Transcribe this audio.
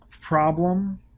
problem